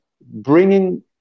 bringing